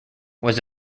was